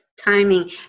timing